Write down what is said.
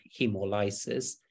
hemolysis